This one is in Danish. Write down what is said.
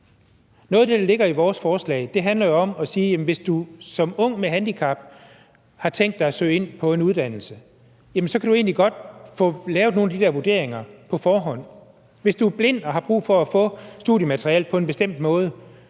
Noget af det, der ligger i vores forslag, handler om at sige, at hvis du som ung med handicap har tænkt dig at søge ind på en uddannelse, kan du egentlig godt få lavet nogle af de vurderinger på forhånd. Hvis du er blind og har brug for at få studiematerialet på en bestemt måde,